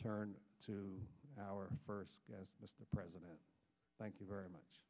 turn to our first guest mr president thank you very much